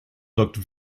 looked